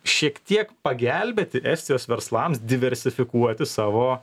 šiek tiek pagelbėti estijos verslams diversifikuoti savo